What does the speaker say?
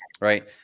Right